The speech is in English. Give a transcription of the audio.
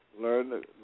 learn